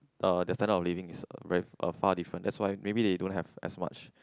uh the standard of living is very uh far different that's why maybe they don't have as much